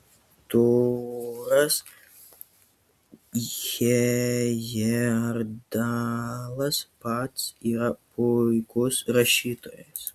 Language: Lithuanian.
tūras hejerdalas pats yra puikus rašytojas